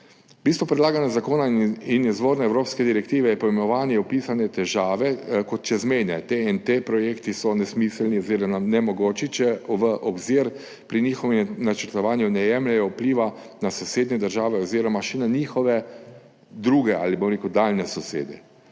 Bistvo predlaganega zakona in izvorne evropske direktive je pojmovanje opisane težave kot čezmejne, projekti TEN-T so nesmiselni oziroma nemogoči, če v obzir pri njihovem načrtovanju ne jemljejo vpliva na sosednje države oziroma še na njihove druge ali, bom rekel, daljne sosede.